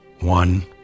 one